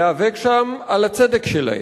להיאבק שם על הצדק שלהם.